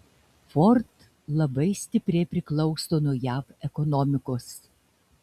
ford labai stipriai priklauso nuo jav ekonomikos